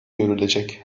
görülecek